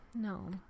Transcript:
No